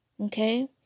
Okay